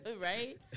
Right